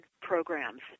programs